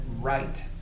Right